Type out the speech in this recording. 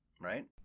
right